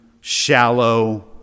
shallow